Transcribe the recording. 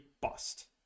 bust